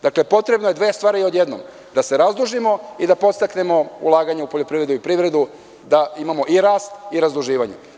Dakle, potrebno je dve stvari odjednom da se razdužimo i da podstaknemo ulaganje u poljoprivredu i privredu i da imamo rast i razduživanje.